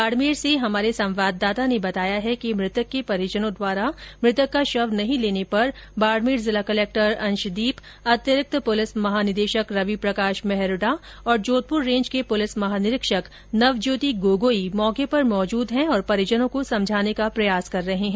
बाडमेर से हमारे संवाददाता ने बताया है कि मृतक के परिजनों द्वारा मृतक का शव नहीं लेने पर बाडमेर जिला कलक्टर अंशदीप अतिरिक्त पुलिस महानिदेशक रवि प्रकाश मेहरडा और जोधपुर रेंज के पुलिस महानिरीक्षक नवज्योति गोगोई मौके पर मौजूद है और परिजनों को समझाने का प्रयास कर रहे है